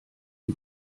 die